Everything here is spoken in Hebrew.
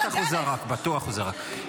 בטח הוא זרק, בטוח הוא זרק.